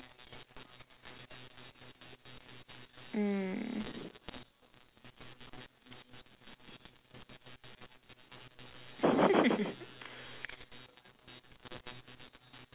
mm